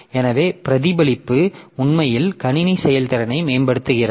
எனவே பிரதிபலிப்பு உண்மையில் கணினி செயல்திறனை மேம்படுத்துகிறது